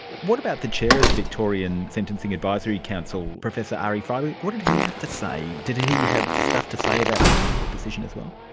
what about the chair of the victorian sentencing advisory council, professor arie freiberg, what did he have to say? did he have stuff to say about this high court decision as well?